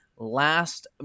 last